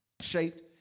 shaped